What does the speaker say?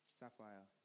sapphire